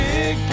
Big